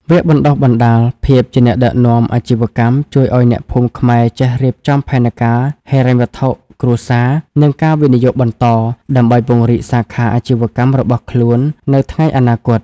វគ្គបណ្ដុះបណ្ដាល "ភាពជាអ្នកដឹកនាំអាជីវកម្ម" ជួយឱ្យអ្នកភូមិខ្មែរចេះរៀបចំផែនការហិរញ្ញវត្ថុគ្រួសារ និងការវិនិយោគបន្ត ដើម្បីពង្រីកសាខាអាជីវកម្មរបស់ខ្លួននៅថ្ងៃអនាគត។